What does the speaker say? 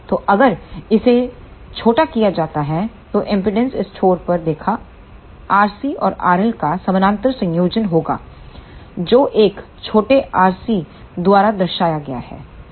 तो अगर इसे छोटा किया जाता है तो एमपीडांस इस छोर पर देखा RC और RL का समानांतर संयोजन होगा जो एक छोटे rc द्वारा दर्शाया गया है